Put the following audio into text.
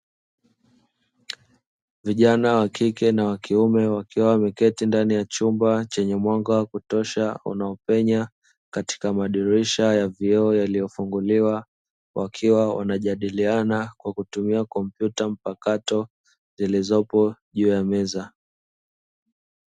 Vijana wa kike na kiume, wakiwa wameketi ndani ya chumba chenye mwanga wa kutosha, unaopenya katika madirisha ya vioo yaliyofunguliwa. Wakiwa wanajadiliana kwa kutumia kompyuta mpakato zilizopo juu ya meza.